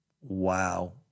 Wow